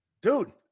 Dude